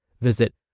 Visit